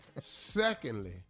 Secondly